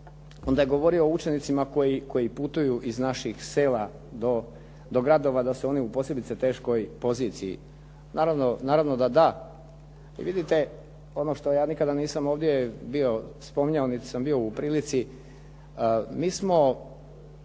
onda je govorio o učenicima koji putuju iz naših sela do gradova, da su oni u posebice teškoj poziciji. Naravno da da i vidite ono što ja nikada nisam ovdje bio spominjao niti sam bio u prilici, mi smo